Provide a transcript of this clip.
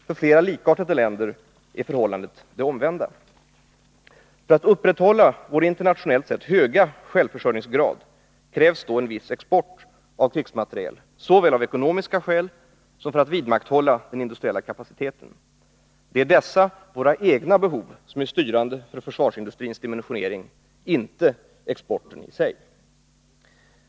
För flera likartade länder är förhållandet det omvända. För att upprätthålla vår internationellt sett höga självförsörjningsgrad krävs en viss export av krigsmateriel såväl av ekonomiska skäl som för att vidmakthålla den industriella kapaciteten. Det är dessa våra egna behov som är styrande för försvarsindustrins dimensionering, inte exporten i sig.